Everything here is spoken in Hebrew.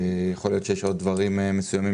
ויכול להיות שיש עוד דברים מסוימים